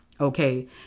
Okay